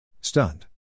Stunned